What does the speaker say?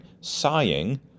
sighing